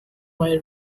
while